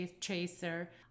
chaser